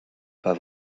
pas